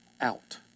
out